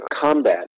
combat